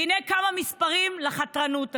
הינה כמה מספרים שימחישו